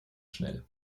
schnell